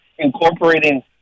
incorporating